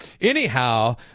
Anyhow